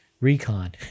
recon